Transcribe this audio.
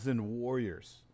warriors